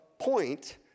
point